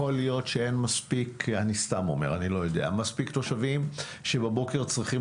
יכול להיות שאין מספיק אני סתם אומר תושבים שבבוקר צריכים